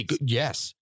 Yes